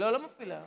גברתי היושבת-ראש,